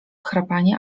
chrapanie